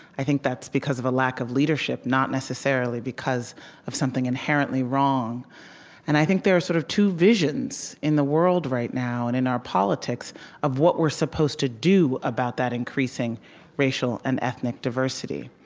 i think that's because of a lack of leadership, not necessarily because of something inherently wrong and i think there are sort of two visions in the world right now and in our politics of what we're supposed to do about that increasing racial and ethnic diversity.